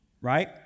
right